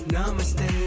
Namaste